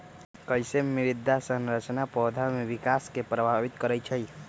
कईसे मृदा संरचना पौधा में विकास के प्रभावित करई छई?